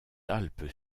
alpes